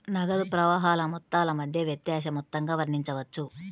నగదు ప్రవాహాల మొత్తాల మధ్య వ్యత్యాస మొత్తంగా వర్ణించవచ్చు